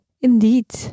Indeed